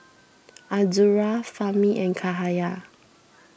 Azura Fahmi and Cahaya